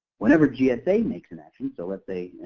whenever gsa makes an action, so let's say,